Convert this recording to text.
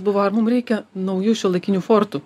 buvo ar mum reikia naujų šiuolaikinių fortų